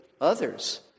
others